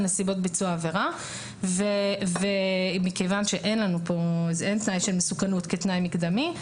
נסיבות ביצוע העבירה מכיוון שאין תנאי של מסוכנות כתנאי מקדמי.